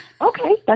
Okay